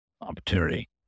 opportunity